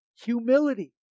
Humility